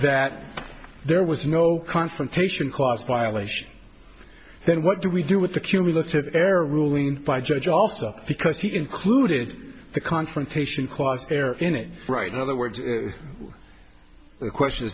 that there was no confrontation clause violation then what do we do with the cumulative error ruling by judge also because he concluded the confrontation clause there in it right in other words the question is